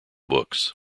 books